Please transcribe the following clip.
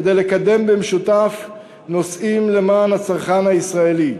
כדי לקדם במשותף נושאים למען הצרכן הישראלי.